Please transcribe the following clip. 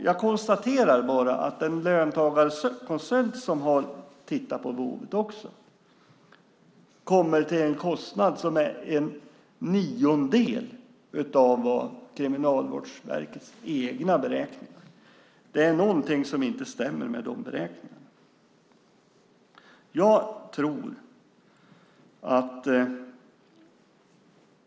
Jag konstaterar bara att den löntagarkonsult som också har tittat på boendet kommer fram till en kostnad som är en niondel av vad Kriminalvårdens egna beräkningar visar. Det är någonting som inte stämmer med de beräkningarna.